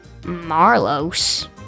Marlos